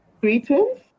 Greetings